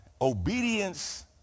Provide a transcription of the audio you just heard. obedience